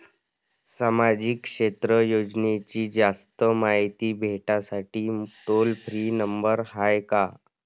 सामाजिक क्षेत्र योजनेची जास्त मायती भेटासाठी टोल फ्री नंबर हाय का?